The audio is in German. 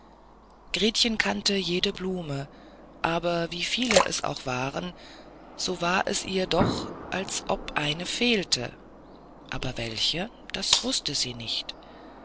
gretchen kannte jede blume aber wie viele es auch waren wo war es ihr doch als ob eine fehlte aber welche das wußte sie nicht